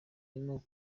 arimo